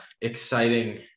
exciting